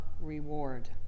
reward